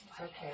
Okay